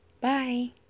Bye